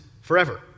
forever